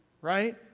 Right